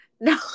No